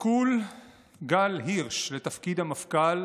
סיכול גל הירש לתפקיד המפכ"ל